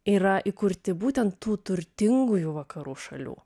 yra įkurti būtent tų turtingųjų vakarų šalių